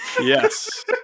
Yes